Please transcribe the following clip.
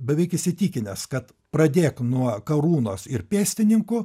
beveik įsitikinęs kad pradėk nuo karūnos ir pėstininkų